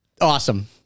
awesome